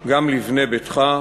גם ל"בנה ביתך",